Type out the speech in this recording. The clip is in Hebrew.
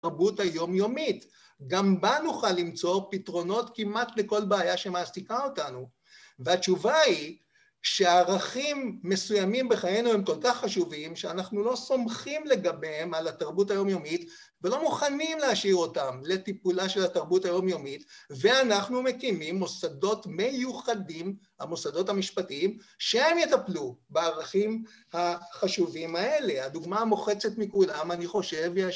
תרבות היומיומית, גם בה נוכל למצוא פתרונות כמעט לכל בעיה שמעסיקה אותנו. והתשובה היא שערכים מסוימים בחיינו הם כל כך חשובים שאנחנו לא סומכים לגביהם על התרבות היומיומית ולא מוכנים להשאיר אותם לטיפולה של התרבות היומיומית ואנחנו מקימים מוסדות מיוחדים, המוסדות המשפטיים, שהם יטפלו בערכים החשובים האלה. הדוגמה המוחצת מכולם אני חושב,